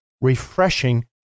refreshing